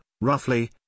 roughly